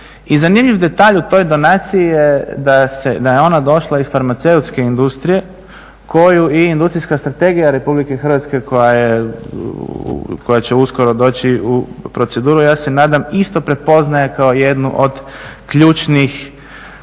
zanimljiv detalj u toj donaciji je da je ona došla iz farmaceutske industrije koju i industrijska strategija RH koja će uskoro doći u proceduru, ja se nadam isto prepoznaje kao jednu od ključnih